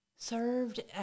served